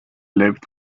lived